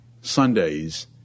Sundays